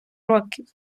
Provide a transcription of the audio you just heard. років